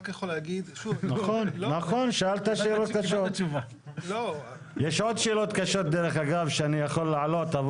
יש עוד שאלות קשות שאני יכול להעלות.